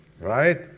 right